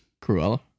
Cruella